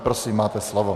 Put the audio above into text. Prosím, máte slovo.